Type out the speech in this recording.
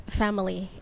family